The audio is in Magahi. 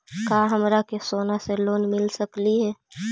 का हमरा के सोना से लोन मिल सकली हे?